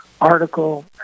article